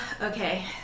Okay